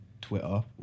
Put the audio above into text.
Twitter